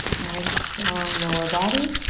nice strong lower body,